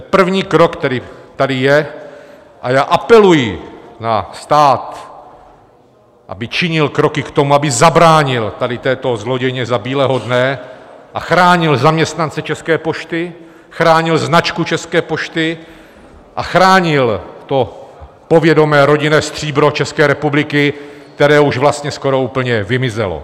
To je první krok, který tady je, a já apeluji na stát, aby činil kroky k tomu, aby zabránil této zlodějně za bílého dne a chránil zaměstnance České pošty, chránil značku České pošty a chránil to povědomé rodinné stříbro České republiky, které už vlastně skoro úplně vymizelo.